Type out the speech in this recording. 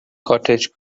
cottage